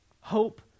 Hope